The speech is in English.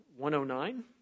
109